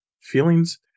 feelings